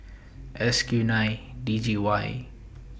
S Q nine D G Y